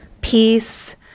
peace